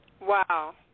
Wow